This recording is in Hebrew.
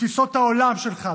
בתפיסות העולם שלך,